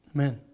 Amen